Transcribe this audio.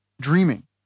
dreaming